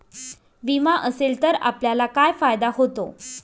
विमा असेल तर आपल्याला काय फायदा होतो?